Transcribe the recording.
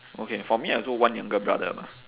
okay for me I also one younger brother lah